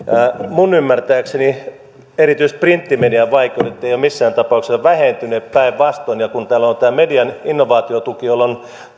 minun ymmärtääkseni erityisesti printtimedian vaikeudet eivät ole missään tapauksessa vähentyneet päinvastoin ja kun täällä on tämä median innovaatiotuki jolla on